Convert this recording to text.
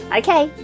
okay